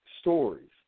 stories